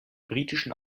britischen